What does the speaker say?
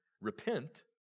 Repent